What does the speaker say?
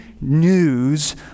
news